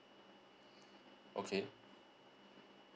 okay